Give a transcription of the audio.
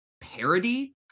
parody